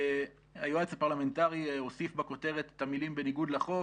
היועץ הפרלמנטרי הוסיף בכותרת את המילים: בניגוד לחוק.